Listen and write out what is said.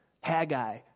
Haggai